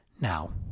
Now